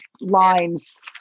lines